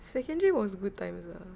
secondary was good times ah